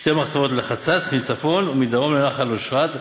שתי מחצבות לחצץ מצפון ומדרום לנחל אשרת,